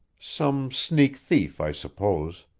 some sneak thief, i suppose.